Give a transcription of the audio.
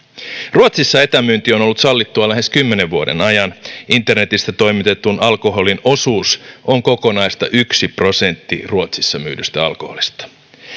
ruotsissa etämyynti on ollut sallittua lähes kymmenen vuoden ajan internetistä toimitetun alkoholin osuus on kokonaista yksi prosentti ruotsissa myydystä alkoholista